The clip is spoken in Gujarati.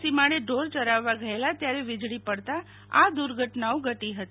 સીમાડે ઢોર યરાવવા ગયેલા ત્યારે વીજળી પડતા આ દુર્ઘટના ઘટી હતી